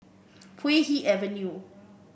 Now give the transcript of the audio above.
Puay Hee Avenue